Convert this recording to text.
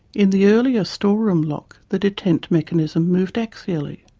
in the earlier store-room lock the detent mechanism moved axially.